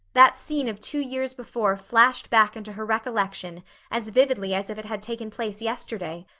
that scene of two years before flashed back into her recollection as vividly as if it had taken place yesterday.